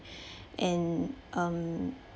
and um